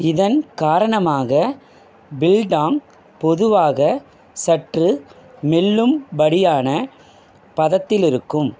இதன் காரணமாக பில்டாங் பொதுவாக சற்று மெல்லும்படியான பதத்திலிருக்கும்